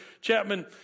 Chapman